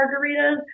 margaritas